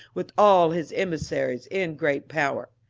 with all his emissaries, in great power.